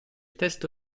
testo